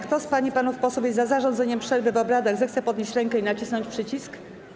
Kto z pań i panów posłów jest za zarządzeniem przerwy w obradach, zechce podnieść rękę i nacisnąć przycisk.